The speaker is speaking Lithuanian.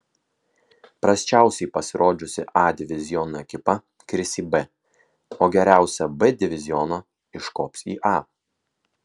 prasčiausiai pasirodžiusi a diviziono ekipa kris į b o geriausia b diviziono iškops į a